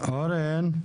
אורן להמן,